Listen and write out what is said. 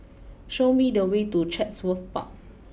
show me the way to Chatsworth Park